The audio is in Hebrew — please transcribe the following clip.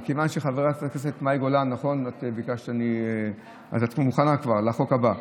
חברת הכנסת מאי גולן, את מוכנה כבר לחוק הבא?